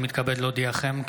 אני מתכבד להודיעכם,